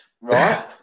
right